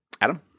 Adam